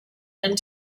end